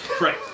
Right